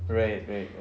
right right right